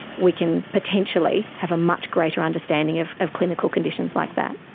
we can potentially have a much greater understanding of of clinical conditions like that.